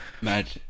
Mad